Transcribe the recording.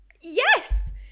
Yes